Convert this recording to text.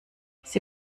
sie